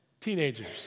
teenagers